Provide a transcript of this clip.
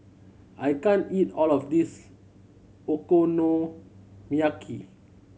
I can't eat all of this Okonomiyaki